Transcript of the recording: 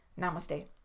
Namaste